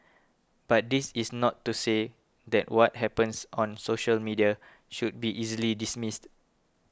but this is not to say that what happens on social media should be easily dismissed